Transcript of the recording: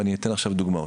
ואני אתן עכשיו דוגמאות.